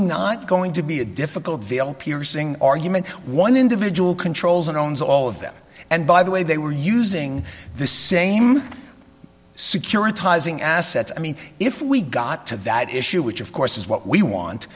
not going to be a difficult veil piercing argument one individual controls and owns all of them and by the way they were using the same securitizing assets i mean if we got to that issue which of course is what we want